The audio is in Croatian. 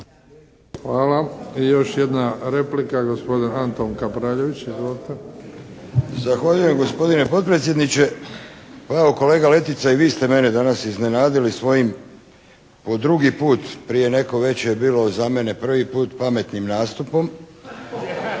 Hvala. I još jedna replika gospodin Antun Kapraljević. Izvolite. **Kapraljević, Antun (HNS)** Zahvaljujem gospodine potpredsjedniče. Pa evo kolega Letica i vi ste mene danas iznenadili svojim po drugi put, prije neko veče je bilo za mene prvi put, pametnim nastupom. Obično